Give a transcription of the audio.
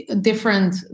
different